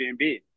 Airbnb